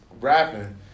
rapping